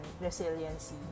resiliency